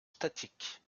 statiques